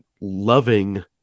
loving